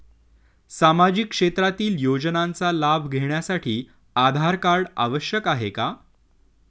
सामाजिक क्षेत्रातील योजनांचा लाभ घेण्यासाठी आधार कार्ड आवश्यक आहे का?